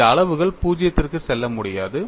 இந்த அளவுகள் 0 க்கு செல்ல முடியாது